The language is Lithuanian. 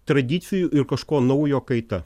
tradicijų ir kažko naujo kaita